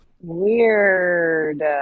Weird